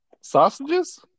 sausages